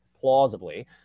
plausibly